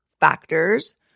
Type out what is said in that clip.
factors